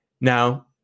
Now